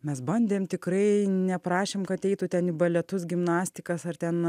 mes bandėm tikrai neprašėm kad eitų ten į baletus gimnastikas ar ten